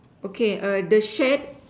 okay err the shed